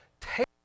take